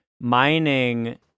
mining